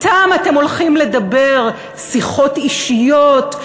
אתם אתם הולכים לדבר שיחות אישיות,